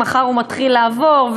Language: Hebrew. מחר הוא מתחיל לעבור,